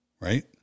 Right